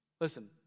listen